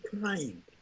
crying